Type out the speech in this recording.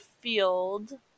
field